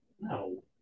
No